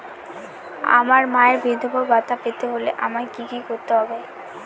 আমার মায়ের বিধবা ভাতা পেতে হলে আমায় কি কি করতে হবে?